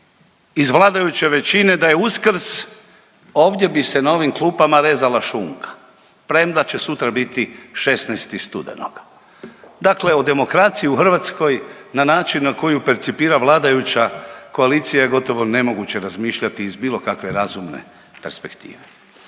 iz vladajuće većine da je Uskrs, ovdje bi se na ovim klupama rezala šunka, premda će sutra biti 16. studenoga. Dakle o demokraciji u Hrvatskoj na način na koju percipira vladajuća koalicija je gotovo nemoguće razmišljati iz bilo kakve razumne perspektive.